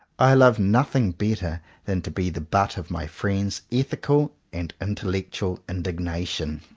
i love nothing better than to be the butt of my friends' ethical and intellectual indignation.